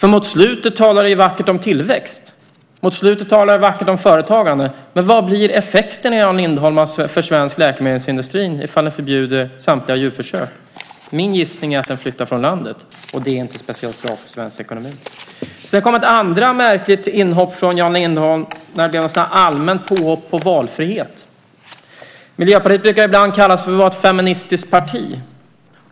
För mot slutet talar ni ju vackert om tillväxt. Mot slutet talar ni ju vackert om företagande. Men vad blir effekterna, Jan Lindholm, för svensk läkemedelsindustri om ni förbjuder samtliga djurförsök? Min gissning är att den flyttar från landet, och det är inte speciellt bra för svensk ekonomi. Sedan kom ett andra märkligt inhopp från Jan Lindholm, närmast ett allmänt påhopp på valfrihet. Miljöpartiet brukar kallas för ett feministiskt parti.